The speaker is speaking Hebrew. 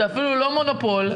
זה אפילו לא מונופול,